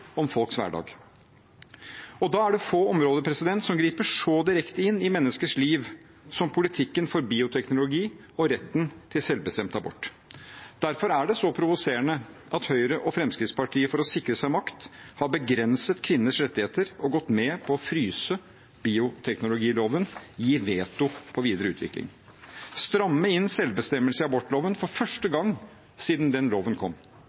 om folks hverdag. Da er det få områder som griper så direkte inn i menneskers liv som politikken for bioteknologi og retten til selvbestemt abort. Derfor er det så provoserende at Høyre og Fremskrittspartiet, for å sikre seg makt, har begrenset kvinners rettigheter og gått med på å fryse bioteknologiloven og gi veto på videre utvikling. De strammer inn selvbestemmelse i abortloven for første gang siden loven kom.